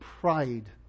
pride